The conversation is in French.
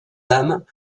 lames